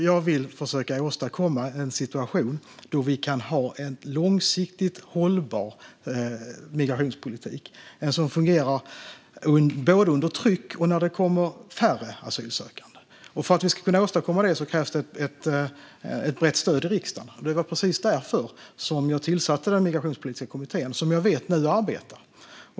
Jag vill försöka åstadkomma en situation där vi har en långsiktigt hållbar migrationspolitik som fungerar både under tryck och när det kommer färre asylsökande. För att vi ska kunna åstadkomma det krävs det ett brett stöd i riksdagen. Det var därför jag tillsatte den migrationspolitiska kommittén, som nu arbetar.